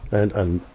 and, and